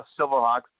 Silverhawks